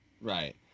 right